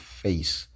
face